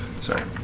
Sorry